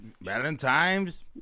Valentine's